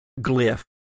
glyph